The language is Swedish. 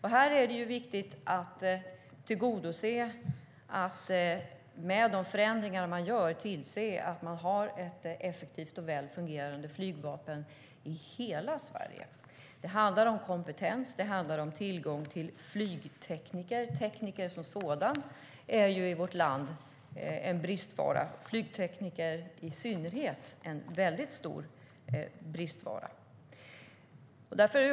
Här är det viktigt att med de förändringar man gör tillse att man har ett effektivt och väl fungerande flygvapen i hela Sverige. Det handlar om kompetens och tillgång till flygtekniker. Tekniker som sådana är en bristvara i vårt land. Flygtekniker i synnerhet är en väldigt stor bristvara.